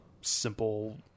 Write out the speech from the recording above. simple